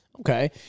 Okay